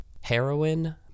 Heroin